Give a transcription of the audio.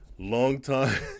Long-time